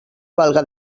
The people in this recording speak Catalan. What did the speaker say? valga